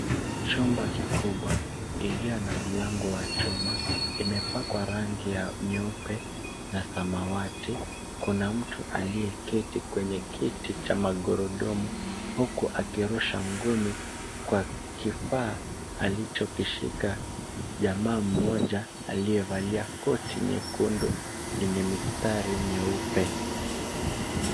Chumba kikubwa, kilio na mlango wa chuma, kimepakwa rangi ya nyeupe na samawati. Kuna mtu aliyeketi kwenye kiti cha magurudumu, huku akirusha ngumi kwa kifaa alichokishika jamaa mmoja aliyevalia koti nyekundu yenye mistari nyeupe.